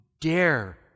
dare